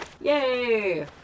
Yay